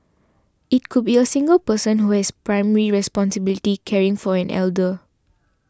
it could be a single person who has primary responsibility caring for an elder